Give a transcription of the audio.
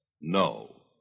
No